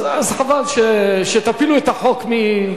אז חבל שתפילו את החוק.